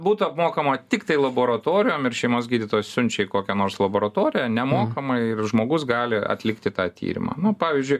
būtų apmokama tiktai laboratorijom ir šeimos gydytojas siunčia į kokią nors laboratoriją nemokamai ir žmogus gali atlikti tą tyrimą nu pavyzdžiui